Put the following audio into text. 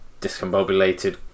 discombobulated